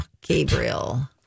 Gabriel